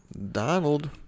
Donald